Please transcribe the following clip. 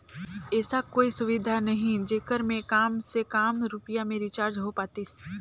ऐसा कोई सुविधा नहीं जेकर मे काम से काम रुपिया मे रिचार्ज हो पातीस?